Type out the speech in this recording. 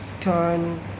turn